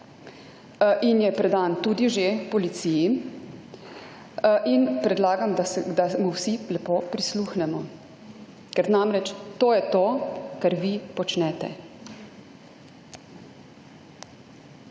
in je predan tudi že policiji in predlagam, da mu vsi lepo prisluhnemo, ker namreč to je to, kar vi počnete.